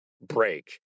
break